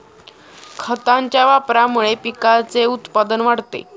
खतांच्या वापरामुळे पिकाचे उत्पादन वाढते